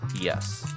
yes